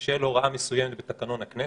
בשל הוראה מסוימת בתקנון הכנסת,